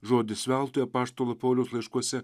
žodis veltui apaštalo pauliaus laiškuose